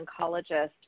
oncologist